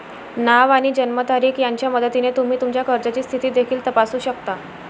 नाव आणि जन्मतारीख यांच्या मदतीने तुम्ही तुमच्या कर्जाची स्थिती देखील तपासू शकता